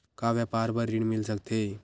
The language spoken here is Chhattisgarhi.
का व्यापार बर ऋण मिल सकथे?